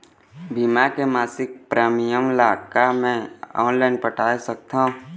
बीमा के मासिक प्रीमियम ला का मैं ऑनलाइन पटाए सकत हो?